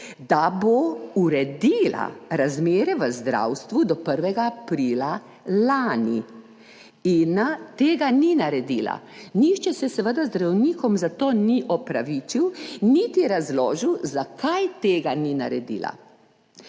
da bo uredila razmere v zdravstvu do 1. aprila lani. In tega ni naredila. Nihče se seveda zdravnikom za to ni opravičil, niti razložil, zakaj tega ni naredila.